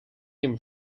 him